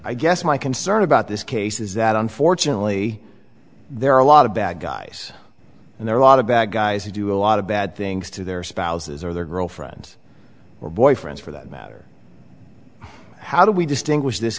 i guess my concern about this case is that unfortunately there are a lot of bad guys and there are a lot of bad guys who do a lot of bad things to their spouses or their girlfriends or boyfriends for that matter how do we distinguish this